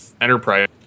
Enterprise